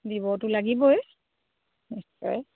দিবটো লাগিবই নিশ্চয়